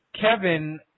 Kevin